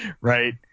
Right